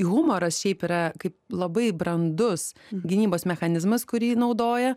humoras šiaip yra kaip labai brandus gynybos mechanizmas kurį naudoja